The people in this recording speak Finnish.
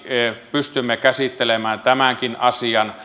pystymme käsittelemään tämänkin asian